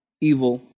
evil